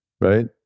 Right